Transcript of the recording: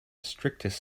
strictest